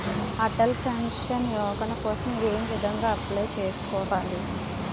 Atal pension Yojana కోసం ఏ విధంగా అప్లయ్ చేసుకోవాలి?